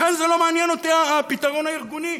לכן לא מעניין אותי הפתרון הארגוני,